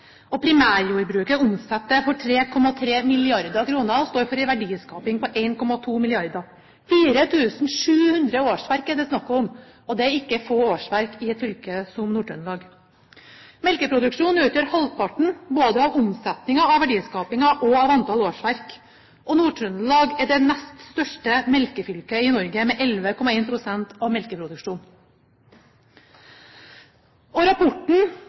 vårt. Primærjordbruket omsetter for 3,3 mrd. kr og står for en verdiskaping på 1,2 mrd. kr. 4 700 årsverk er det snakk om. Det er ikke få årsverk i et fylke som Nord-Trøndelag. Melkeproduksjonen utgjør halvparten både av omsetningen av verdiskapingen og av antall årsverk. Nord-Trøndelag er det nest største melkefylket i Norge, med 11,1 pst. av melkeproduksjonen. Og rapportene fra næringen sier som følger: En